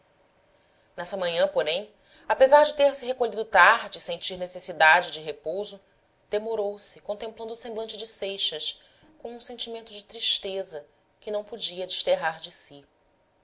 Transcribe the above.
nessa manhã porém apesar de ter-se recolhido tarde e sentir necessidade de repouso demorou-se contemplando o semblante de seixas com um sentimento de tristeza que não podia desterrar de si